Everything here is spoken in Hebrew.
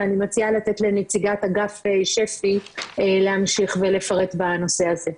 ואני מציעה לתת לנציגת אגף שפ"י להמשיך ולפרט בנושא הזה.